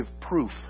proof